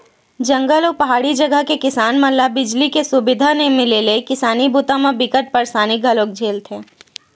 जंगल अउ पहाड़ी जघा के किसान मन ल बिजली के सुबिधा नइ मिले ले किसानी बूता म बिकट परसानी घलोक झेलथे